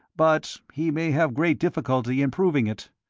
but he may have great difficulty in proving it.